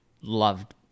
loved